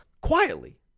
quietly